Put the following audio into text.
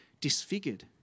disfigured